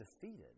defeated